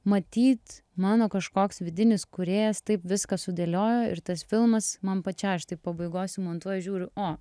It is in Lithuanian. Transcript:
matyt mano kažkoks vidinis kūrėjas taip viską sudėliojo ir tas filmas man pačiai aš taip pabaigoj sumontuoju žiūriu o